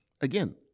again